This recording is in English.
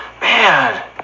Man